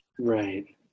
Right